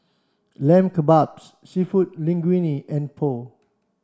Lamb Kebabs Seafood Linguine and Pho